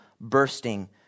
bursting